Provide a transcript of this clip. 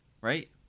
right